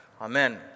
Amen